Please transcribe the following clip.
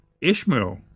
Ishmael